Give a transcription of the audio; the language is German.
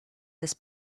des